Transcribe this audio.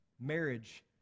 Marriage